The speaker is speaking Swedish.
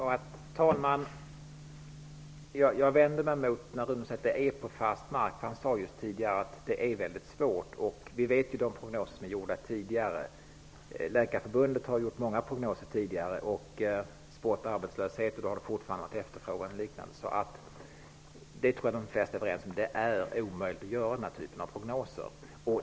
Herr talman! Jag vänder mig emot att Rune Rydén säger att man befinner sig på fast mark. Han sade tidigare att detta är mycket svårt att avgöra. Vi vet att Läkarförbundet har gjort många prognoser tidigare och spått arbetslöshet, och det är fortfarande en lika stor efterfrågan. Jag tror att de flesta är överens om att det är omöjligt att göra den här typen av prognoser.